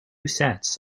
sets